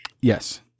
Yes